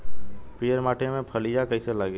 पीयर माटी में फलियां कइसे लागी?